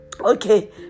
Okay